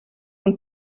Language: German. und